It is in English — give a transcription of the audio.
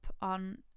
on